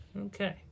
Okay